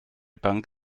bank